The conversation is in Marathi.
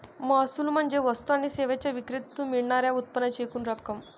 महसूल म्हणजे वस्तू आणि सेवांच्या विक्रीतून मिळणार्या उत्पन्नाची एकूण रक्कम